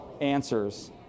answers